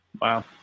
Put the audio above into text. Wow